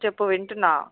చెప్పు వింటున్నా